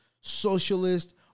Socialist